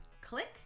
Click